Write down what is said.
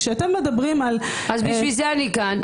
כשאתם מדברים על --- בשביל זה אני כאן.